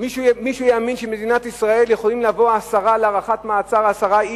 מישהו יאמין שבמדינת ישראל יכולים לבוא להארכת מעצר עשרה איש,